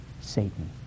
Satan